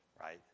Right